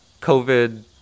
covid